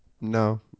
No